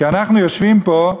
כי אנחנו יושבים פה,